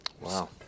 Wow